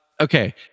Okay